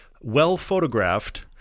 well-photographed